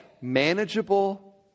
manageable